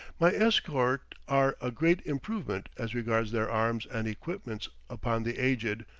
my escort are a great improvement as regards their arms and equipments upon the aged.